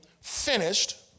finished